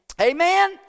Amen